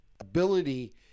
ability